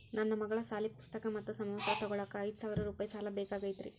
ನನ್ನ ಮಗಳ ಸಾಲಿ ಪುಸ್ತಕ್ ಮತ್ತ ಸಮವಸ್ತ್ರ ತೊಗೋಳಾಕ್ ಐದು ಸಾವಿರ ರೂಪಾಯಿ ಸಾಲ ಬೇಕಾಗೈತ್ರಿ